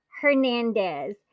Hernandez